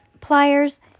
pliers